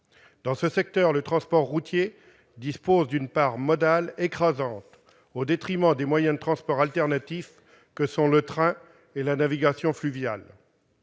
transports. Or le transport routier dispose dans ce secteur d'une part modale écrasante, au détriment des moyens de transport alternatifs que sont le train et la navigation fluviale.